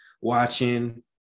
watching